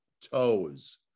toes